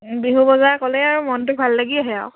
বিহু বজাৰ ক'লেই আৰু মনটো ভাল লাগি আহে আৰু